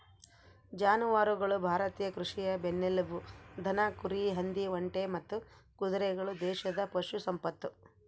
ಜಾನುವಾರುಗಳು ಭಾರತೀಯ ಕೃಷಿಯ ಬೆನ್ನೆಲುಬು ದನ ಕುರಿ ಹಂದಿ ಒಂಟೆ ಮತ್ತು ಕುದುರೆಗಳು ದೇಶದ ಪಶು ಸಂಪತ್ತು